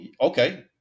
okay